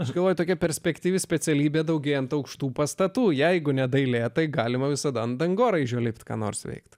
aš galvoju tokia perspektyvi specialybė daugėjant aukštų pastatų jeigu ne dailė tai galima visada ant dangoraižio lipti ką nors veikti